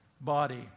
body